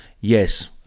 yes